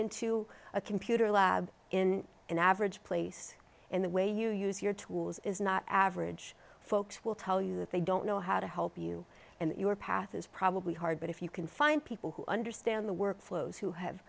into a computer lab in an average place and the way you use your tools is not average folks will tell you that they don't know how to help you and your path is probably hard but if you can find people who understand the workflows who have